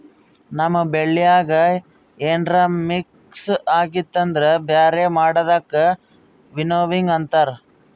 ನಮ್ ಬೆಳ್ಯಾಗ ಏನ್ರ ಮಿಕ್ಸ್ ಆಗಿತ್ತು ಅಂದುರ್ ಬ್ಯಾರೆ ಮಾಡದಕ್ ವಿನ್ನೋವಿಂಗ್ ಅಂತಾರ್